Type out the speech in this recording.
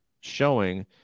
showing